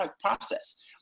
process